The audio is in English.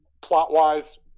plot-wise